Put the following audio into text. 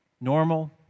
Normal